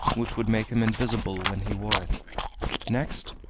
which would make him invisible when he wore it next,